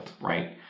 Right